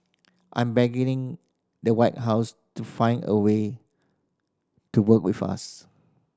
I'm begging the White House to find a way to work with us